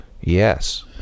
Yes